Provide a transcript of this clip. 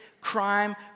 crime